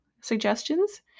suggestions